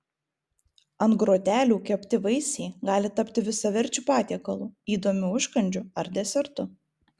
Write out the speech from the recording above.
ant grotelių kepti vaisiai gali tapti visaverčiu patiekalu įdomiu užkandžiu ar desertu